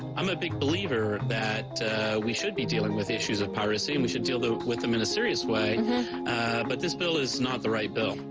i'm a big believer that we should be dealing with issues of piracy and we should deal with them in a serious way but this bill is not the right bill.